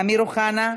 אמיר אוחנה,